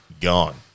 gone